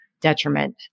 detriment